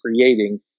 creating